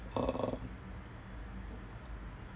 uh